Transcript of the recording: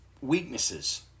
weaknesses